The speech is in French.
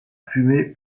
fumée